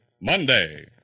Monday